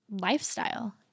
lifestyle